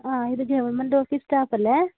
ആ ഇത് government office സ്റ്റാഫല്ലേ